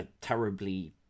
terribly